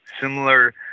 similar